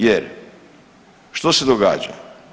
Jer što se događa?